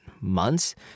months